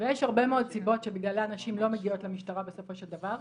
ויש הרבה מאוד סיבות שבגללן נשים לא מגיעות למשטרה בסופו של דבר.